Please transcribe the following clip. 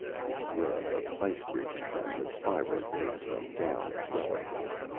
the web of ice-bridges and the spiral ways went down as well as up,